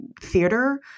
theater